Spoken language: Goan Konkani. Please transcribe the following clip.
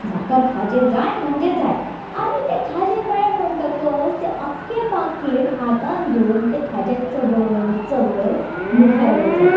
म्हाका खाजें जाय म्हणजे जाय आनी तें खाजें मेळें म्हणटकच तें आख्खें पाकीट हातान घेवन तें खाजें चगळयत चगळयत मुखार वचप